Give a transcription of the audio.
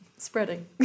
Spreading